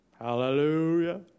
Hallelujah